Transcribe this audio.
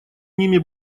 ними